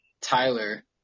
Tyler